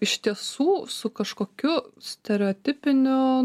iš tiesų su kažkokiu stereotipiniu